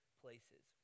places